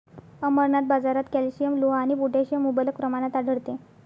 अमरनाथ, बाजारात कॅल्शियम, लोह आणि पोटॅशियम मुबलक प्रमाणात आढळते